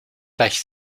gleich